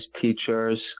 teachers